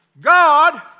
God